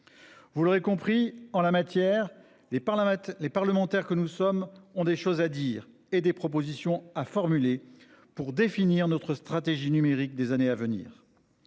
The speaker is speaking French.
Vous l'aurez compris en la matière les par la les parlementaires que nous sommes ont des choses à dire et des propositions à formuler pour définir notre stratégie numérique des années à venir.